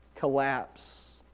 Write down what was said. Collapse